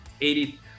eighty